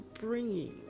bringing